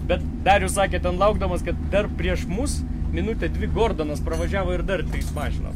bet darius sakė ten laukdamas kad dar prieš mus minutę dvi gordonas pravažiavo ir dar trys mašinos